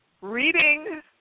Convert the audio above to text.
reading